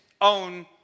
own